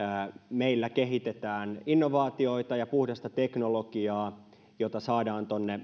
meillä kehitetään innovaatioita ja puhdasta teknologiaa jota saadaan tuonne